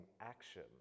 action